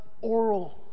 oral